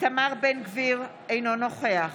איתמר בן גביר, אינו נוכח